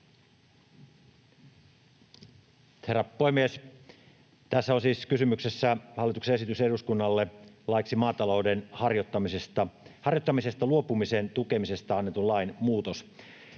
Herra puhemies! Tässä on siis kysymyksessä hallituksen esitys eduskunnalle laiksi maatalouden harjoittamisesta luopumisen tukemisesta annetun lain muutoksesta.